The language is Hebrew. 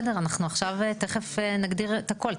אנחנו תכף נגדיר את הכול.